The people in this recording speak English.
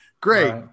Great